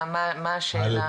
מה השאלה?